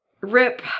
RIP